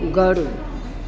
घरु